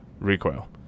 Recoil